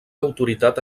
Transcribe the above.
autoritat